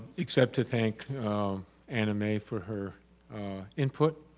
except to thank anna mae for her input.